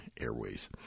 airways